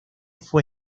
fue